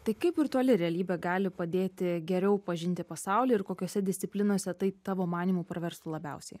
tai kaip virtuali realybė gali padėti geriau pažinti pasaulį ir kokiose disciplinose tai tavo manymu praverstų labiausiai